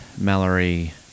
Mallory